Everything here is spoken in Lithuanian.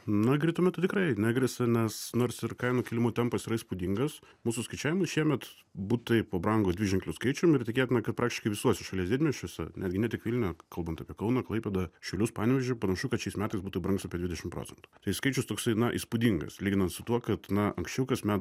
na greitu metu tikrai negresia nes nors ir kainų kilimų tempas yra įspūdingas mūsų skaičiavimu šiemet butai pabrango dviženkliu skaičium ir tikėtina kad praktiškai visuose šalies didmiesčiuose netgi ne tik vilniuje kalbant apie kauną klaipėdą šiaulius panevėžį panašu kad šiais metais butai brangs apie dvidešim procentų tai skaičius toksai na įspūdingas lyginant su tuo kad na anksčiau kasmet